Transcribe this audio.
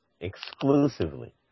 Exclusively